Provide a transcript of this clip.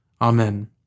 Amen